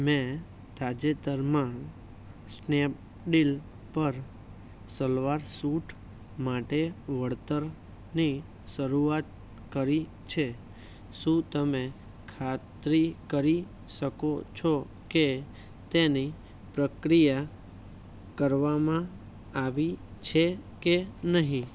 મેં તાજેતરમાં સ્નેપડીલ પર સલવાર શુટ માટે વળતરની શરૂઆત કરી છે શું તમે ખાતરી કરી શકો છો કે તેની પ્રક્રિયા કરવામાં આવી છે કે નહીં